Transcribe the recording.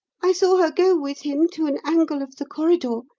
i saw her go with him to an angle of the corridor,